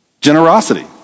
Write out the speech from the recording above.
Generosity